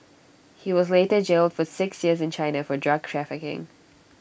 he was later jailed for six years in China for drug trafficking